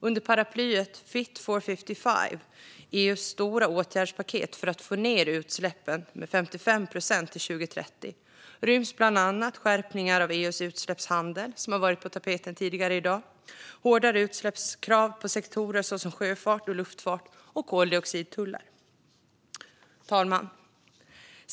Under paraplyet Fit for 55, EU:s stora åtgärdspaket för att få ned utsläppen med 55 procent till 2030, ryms bland annat skärpningar av EU:s utsläppshandel, som har varit på tapeten tidigare i dag, hårdare utsläppskrav på sektorer såsom sjöfart och luftfart samt koldioxidtullar. Herr talman!